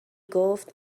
گفت